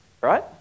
right